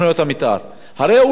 הרי הוא לא עשה את העבודה שלו,